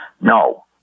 No